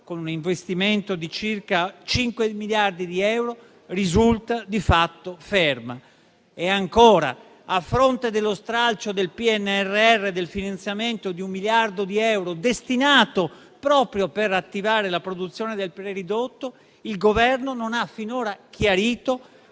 con un investimento di circa 5 miliardi di euro, risulta di fatto ferma. E ancora, a fronte dello stralcio dal PNNR del finanziamento di un miliardo di euro destinato proprio ad attivare la produzione del preridotto, il Governo non ha finora chiarito